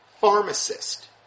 pharmacist